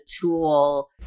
tool